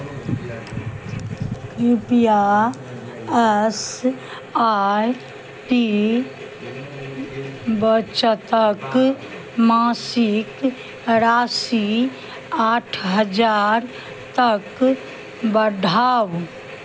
कृपया S I T बचतक मासिक राशि आठ हजार तक बढाउ